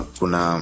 kuna